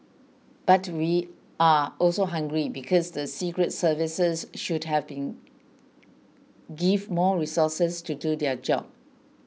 but we are also angry because the secret services should have been give more resources to do their job